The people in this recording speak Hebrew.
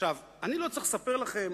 אני לא צריך לספר לכם